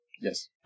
Yes